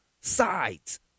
sides